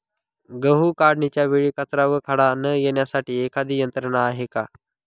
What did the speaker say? गहू काढणीच्या वेळी कचरा व खडा न येण्यासाठी एखादी यंत्रणा आहे का?